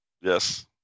Yes